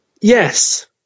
Yes